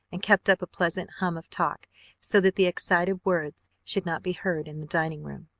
and kept up a pleasant hum of talk so that the excited words should not be heard in the dining-room.